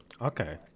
Okay